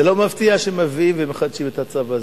זה לא מפתיע שמביאים ומחדשים את הצו הזה,